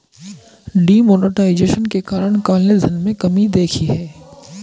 D monetization के कारण काले धन में कमी देखी गई